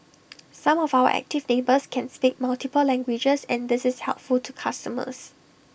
some of our active neighbours can speak multiple languages and this is helpful to customers